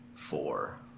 Four